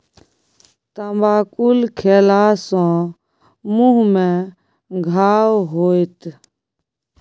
तमाकुल खेला सँ मुँह मे घाह होएत